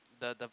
the the